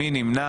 הצבעה נתקבלה